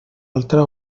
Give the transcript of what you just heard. altra